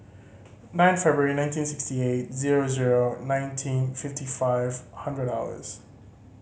nine February nineteen sixty eight zero zero nineteen fifty five hundred hours